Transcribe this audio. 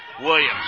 Williams